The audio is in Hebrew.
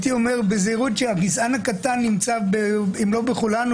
הייתי אומר בזהירות שהגזען הקטן נמצא אם לא בכולנו,